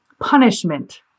punishment